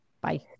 Bye